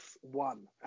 one